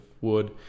wood